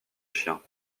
chiens